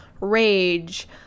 rage